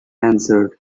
answered